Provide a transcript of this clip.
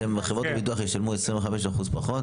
שחברות הביטוח ישלמו 25% פחות?